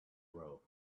row